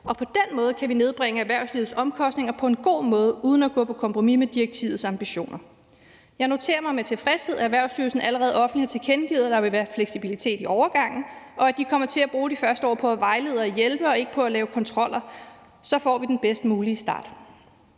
På den måde kan vi nedbringe erhvervslivets omkostninger på en god måde uden at gå på kompromis med direktivets ambitioner. Jeg noterer mig med tilfredshed, at Erhvervsstyrelsen allerede offentligt har tilkendegivet, at der vil være fleksibilitet i overgangen, og at de kommer til at bruge de første år på at vejlede og hjælpe og ikke på at lave kontroller. Sådan får vi den bedst mulige start.